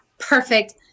perfect